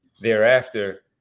thereafter